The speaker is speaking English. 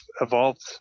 evolved